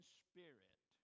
spirit